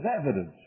evidence